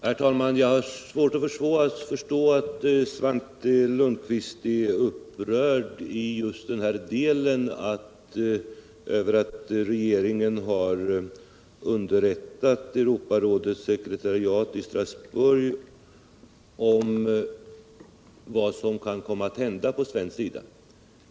Herr talman! Jag har svårt att förstå Svante Lundkvists upprördhet över att regeringen har underrättat Europarådets sekretariat i Strasbourg om vad som kommer att hända på svensk sida.